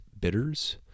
bitters